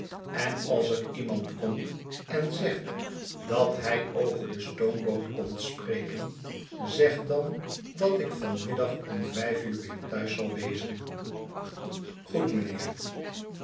en als er iemand komt en zegt dat hij over de stoomboot komt spreken zeg dan dat ik van middag om vijf uur weer thuis zal wezen goed mijnheer